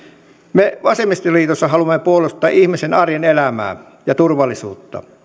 me vasemmistoliitossa haluamme puolustaa ihmisen arjen elämää ja turvallisuutta